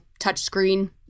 touchscreen